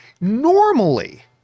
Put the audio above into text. Normally